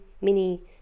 mini